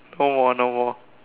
no more no more